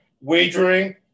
wagering